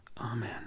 Amen